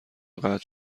قطع